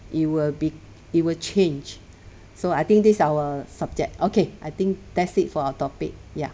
it will be it will change so I think this our subject okay I think that's it for our topic ya